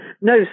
no